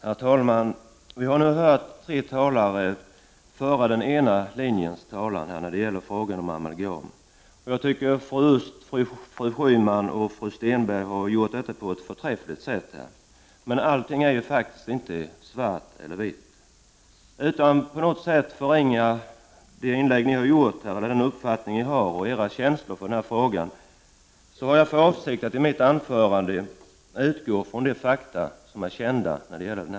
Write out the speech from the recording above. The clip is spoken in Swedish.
Herr talman! Vi har nu hört tre talare föra den ena linjens talan när det gäller frågan om amalgam. Jag tycker att fru Östh, fru Schyman och fru Stenberg har gjort detta på ett förträffligt sätt. Men allting är ju faktiskt inte svart eller vitt. Utan att på något sätt förringa de inlägg ni har gjort eller er uppfattning och era känslor för den här frågan, har jag för avsikt att i mitt anförande utgå från de fakta som är kända i dessa frågor.